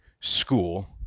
school